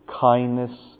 kindness